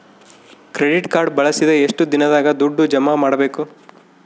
Credit card ಬಳಸಿದ ಎಷ್ಟು ದಿನದಾಗ ದುಡ್ಡು ಜಮಾ ಮಾಡ್ಬೇಕು?